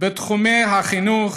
בתחומי החינוך